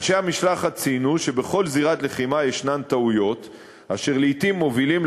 אנשי המשלחת ציינו שבכל זירת מלחמה יש טעויות אשר לעתים מובילות,